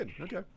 Okay